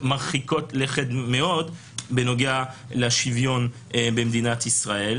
מרחיקות לכת מאוד בנוגע לשוויון במדינת ישראל.